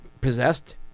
possessed